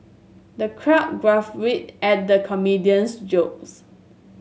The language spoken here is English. the crowd guffawed at the comedian's jokes